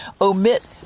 omit